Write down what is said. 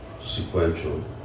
sequential